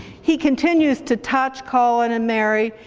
he continues to touch colin and mary,